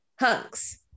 Hunks